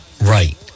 right